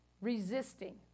Resisting